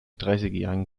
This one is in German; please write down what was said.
dreißigjährigen